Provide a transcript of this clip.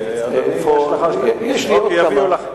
יביאו לך.